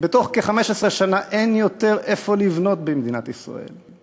בתוך כ-15 שנה אין מקום לבנייה במדינת ישראל.